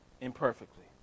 imperfectly